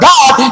God